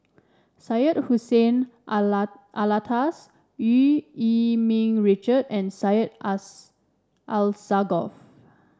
Syed Hussein Alatas Eu Yee Ming Richard and Syed Alsagoff